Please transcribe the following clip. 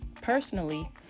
personally